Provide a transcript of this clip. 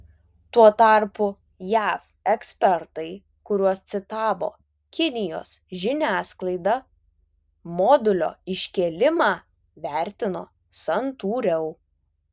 tuo tarpu jav ekspertai kuriuos citavo kinijos žiniasklaida modulio iškėlimą vertino santūriau